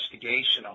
investigational